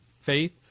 faith